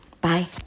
Bye